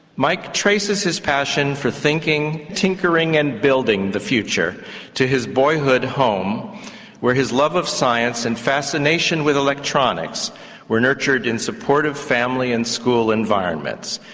mike traces his passion for thinking, tinkering and building the future to his boyhood home where his love of science and fascination with electronics were nurtured in support of family and school environments.